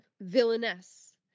villainess